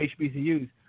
HBCUs